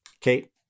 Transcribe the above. Kate